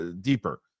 deeper